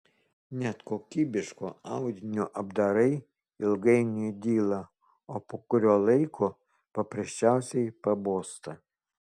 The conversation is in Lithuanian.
net kokybiško audinio apdarai ilgainiui dyla o po kurio laiko paprasčiausiai pabosta